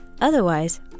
Otherwise